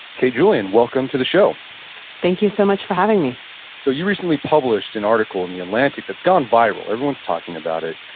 kate julian, welcome to the show thank you so much for having me so you recently published an article in the atlantic that's gone viral. everyone's talking about it,